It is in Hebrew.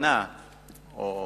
בתקנה או